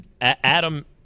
Adam